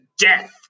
death